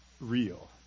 real